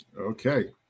Okay